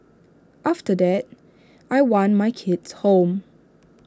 after that I want my kids home